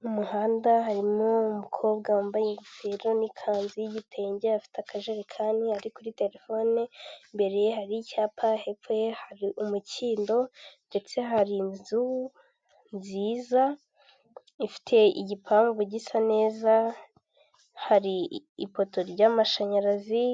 Mu muhanda harimo umukobwa wambaye ingofero n'ikanzu y’igiteyenge afite akajerekani, ari kuri telefone, imbere hari icyapa, hepfo hari umukindo ndetse hari inzu nziza, ifite igipangu gisa neza, hari ipoto ry'amashanyarazi,